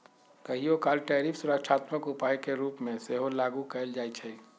कहियोकाल टैरिफ सुरक्षात्मक उपाय के रूप में सेहो लागू कएल जाइ छइ